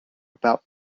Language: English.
about